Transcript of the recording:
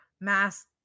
mass